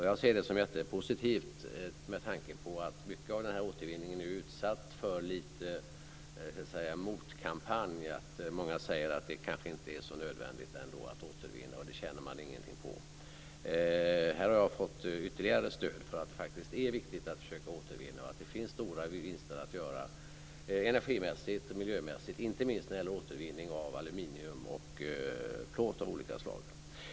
Jag ser det som jättepositivt med tanke på att mycket av återvinningen är utsatt för en motkampanj, där många säger att det kanske inte är så nödvändigt att återvinna och att man inte tjänar någonting på det. Jag har här fått ytterligare stöd för att det är viktigt att försöka återvinna och att det finns stora vinster att göra energimässigt och miljömässigt, inte minst när det gäller återvinning av aluminium och plåt av olika slag.